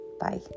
bye